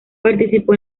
participó